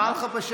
היא קראה לך בשם.